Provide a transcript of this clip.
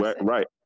right